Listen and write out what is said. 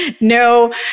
no